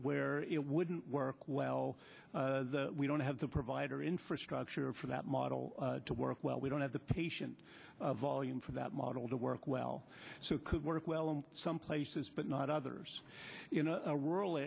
where it wouldn't work well we don't have the provider infrastructure for that model to work well we don't have the patient volume for that model to work well so it could work well in some places but not others in a rural